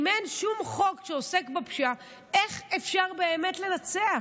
אם אין שום חוק שעוסק בפשיעה, איך אפשר באמת לנצח?